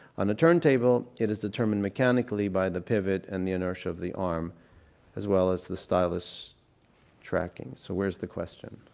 on the turntable it is determined mechanically by the pivot and the inertia of the arm as well as the stylus tracking. so where's the question?